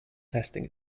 testing